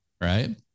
Right